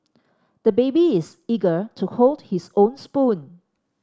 the baby is eager to hold his own spoon